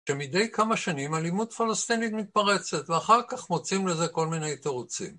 שמדי כמה שנים אלימות פלסטינית מתפרצת ואחר כך מוצאים לזה כל מיני תירוצים.